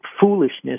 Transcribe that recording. foolishness